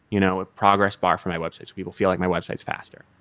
you know ah progress bar for my website, so people feel like my website is faster.